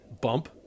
bump